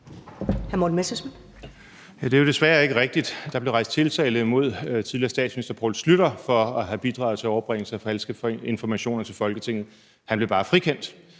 Det er jo desværre ikke rigtigt. Der blev rejst tiltale imod tidligere statsminister Poul Schlüter for at have bidraget til overbringelse af falske informationer til Folketinget – han blev bare frikendt.